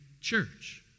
church